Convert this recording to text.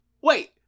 Wait